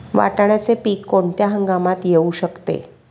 वाटाण्याचे पीक कोणत्या हंगामात येऊ शकते?